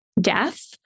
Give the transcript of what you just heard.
death